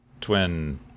twin